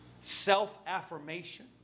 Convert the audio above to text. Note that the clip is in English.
self-affirmation